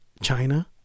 china